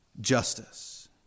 justice